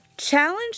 Challenge